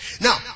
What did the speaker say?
Now